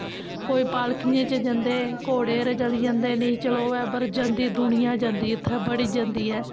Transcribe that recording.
कोई पालकियें च जंदे घोड़ें पर चली जंदे नेंई चलोऐ ते जंदी दुनियां बड़ी दुनियां जंदी ऐ उत्थें